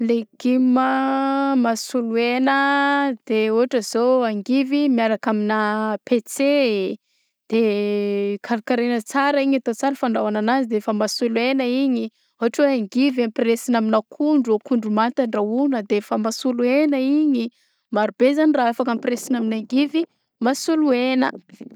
Legioma mahasolo hena de ôhatra zao angivy miaraka aminà petsey, de karakaraina tsara igny atao tsara fandrahoana anazy de efa masolo hena igny; ôhatra hoe angivy ampiresina amin'akondro akondro manta andrahona de efa masolo hena igny; maro be zany raha afaka ampiresina amin'ny angivy mahasolo hena.